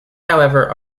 however